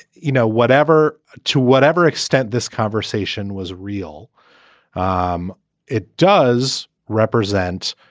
you know, whatever to whatever extent this conversation was real um it does represent,